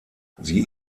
sie